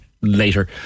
later